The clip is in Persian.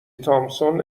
تامسون